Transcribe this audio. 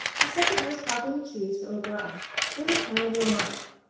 the second most popular cheese for au gratin is italian romano,